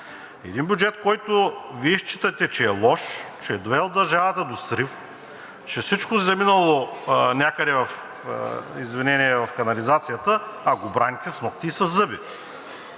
Един бюджет, който Вие считате, че е лош, че е довел държавата до срив, че всичко е заминало някъде, с извинение, в канализацията, а го браните с нокти и със зъби,